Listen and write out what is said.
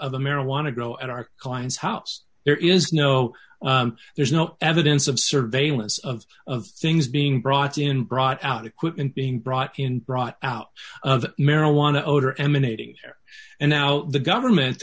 of the marijuana grow at our clients house there is no there's no evidence of surveillance of of things being brought in brought out equipment being brought in brought out of marijuana odor emanating there and now the